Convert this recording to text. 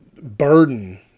burden